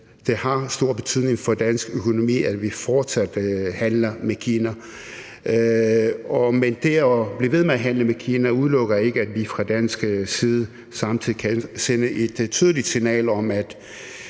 det stor betydning for dansk økonomi, at vi fortsat handler med Kina. Men det at blive ved med at handle med Kina udelukker ikke, at vi fra dansk side samtidig kan sende et tydeligt signal til